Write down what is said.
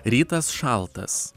rytas šaltas